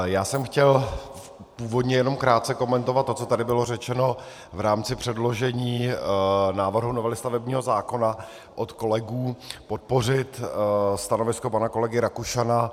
Já jsem chtěl původně jenom krátce komentovat to, co tady bylo řečeno v rámci předložení novely stavebního zákona od kolegů, podpořit stanovisko pana kolegy Rakušana.